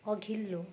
अघिल्लो